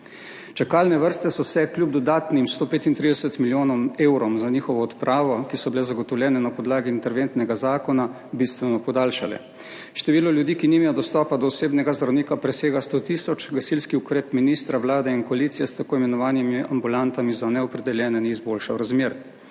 Čakalne vrste so se kljub dodatnim 135 milijonov evrov za njihovo odpravo, ki so bile zagotovljene na podlagi interventnega zakona, bistveno podaljšale. Število ljudi, ki nimajo dostopa do osebnega zdravnika, presega sto tisoč, gasilski ukrep ministra, Vlade in koalicije s tako imenovanimi ambulantami za neopredeljene ni izboljšal razmer.